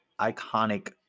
iconic